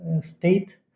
state